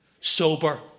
Sober